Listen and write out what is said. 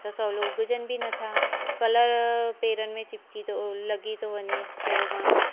त सवलो उघजनि बी नथा कलर पेरनि में चिपकी थो अ लॻी थो वञे थोरो घणो